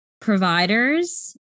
providers